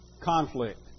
conflict